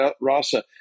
rasa